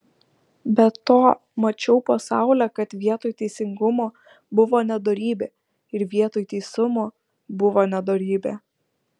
be to mačiau po saule kad vietoj teisingumo buvo nedorybė ir vietoj teisumo buvo nedorybė